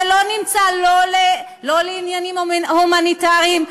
זה לא לעניינים הומניטריים,